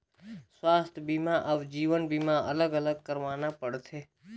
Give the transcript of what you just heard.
स्वास्थ बीमा अउ जीवन बीमा अलग अलग करवाना पड़थे?